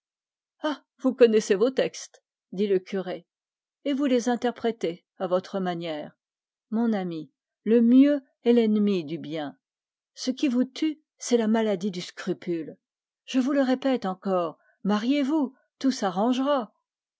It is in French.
vous connaissez les textes dit le curé et vous les interprétez à votre manière mon ami le mieux est l'ennemi du bien ce qui vous tue c'est la maladie du scrupule je vous le répète encore mariez-vous tout s'arrangera